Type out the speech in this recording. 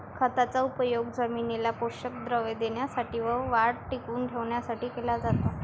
खताचा उपयोग जमिनीला पोषक द्रव्ये देण्यासाठी व वाढ टिकवून ठेवण्यासाठी केला जातो